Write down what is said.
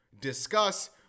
discuss